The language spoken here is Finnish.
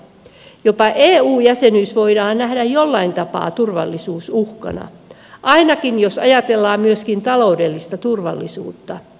jopa eu jäsenyys voidaan nähdä jollain tapaa turvallisuusuhkana ainakin jos ajatellaan myöskin taloudellista turvallisuutta